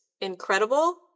incredible